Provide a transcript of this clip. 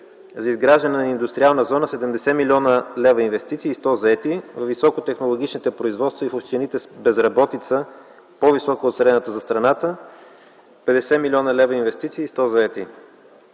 за изграждане на индустриална зона – 70 млн. лв. инвестиции и 100 заети; във високотехнологичните производства и в общините с безработица, по-висока от средната за страната – 50 млн. лв. инвестиции и 100 заети;